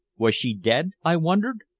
was she dead, i wondered?